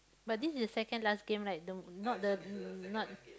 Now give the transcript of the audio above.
but this is second last game right the not the not